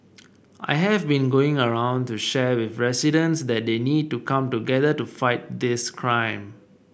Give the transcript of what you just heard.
I have been going around to share with residents that they need to come together to fight this crime